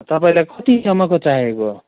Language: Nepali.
तपाईँलाई कतिसम्मको चाहिएको